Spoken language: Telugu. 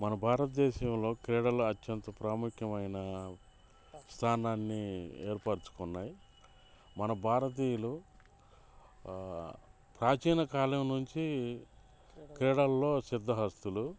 మన భారతదేశంలో క్రీడలు అత్యంత ప్రాముఖ్యమైన స్థానాన్ని ఏర్పర్చుకున్నాయి మన భారతీయులు ప్రాచీన కాలం నుంచి క్రీడల్లో సిద్దహస్తులు